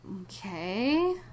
okay